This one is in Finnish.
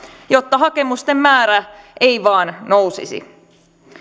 jotta hakemusten määrä ei vain nousisi